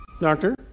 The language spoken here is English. doctor